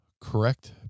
correct